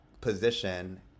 position